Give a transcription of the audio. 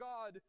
God